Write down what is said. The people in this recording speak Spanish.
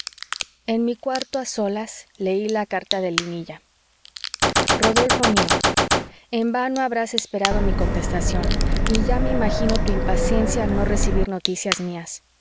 en mi cuarto a solas leí la carta de lanilla rodolfo mío en vano habrás esperado mi contestación y ya me imagino tu impaciencia al no recibir noticias mías